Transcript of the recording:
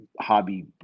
hobby